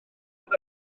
sydd